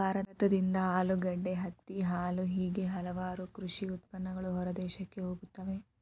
ಭಾರತದಿಂದ ಆಲೂಗಡ್ಡೆ, ಹತ್ತಿ, ಹಾಲು ಹೇಗೆ ಹಲವಾರು ಕೃಷಿ ಉತ್ಪನ್ನಗಳು ಹೊರದೇಶಕ್ಕೆ ಹೋಗುತ್ತವೆ